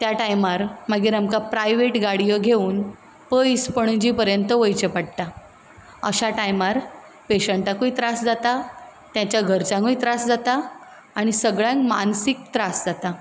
त्या टायमार मागीर आमकां प्रायवेट गाडयो घेवन पयस पणजी पर्यंत वयचे पडटा अश्या टायमार पेशंटाकूय त्रास जाता तेच्या घरच्यांकूय त्रास जाता आनी सगळ्यांक मानसीक त्रास जाता